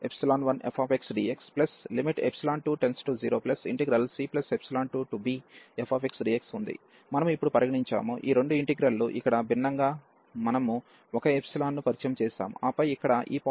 మనము ఇప్పుడు పరిగణించాము ఈ రెండు ఇంటిగ్రల్ లు ఇక్కడ భిన్నంగా మనము ఒక ఎప్సిలాన్ను పరిచయం చేసాము ఆపై అక్కడ ఈ పాయింట్ను తప్పించాము